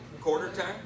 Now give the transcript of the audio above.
Quarter-time